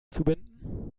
zubinden